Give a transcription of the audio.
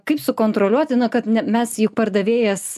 kaip sukontroliuoti nu kad mes juk pardavėjas